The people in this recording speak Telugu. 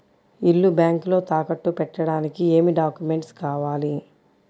ఇల్లు బ్యాంకులో తాకట్టు పెట్టడానికి ఏమి డాక్యూమెంట్స్ కావాలి?